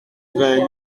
vingt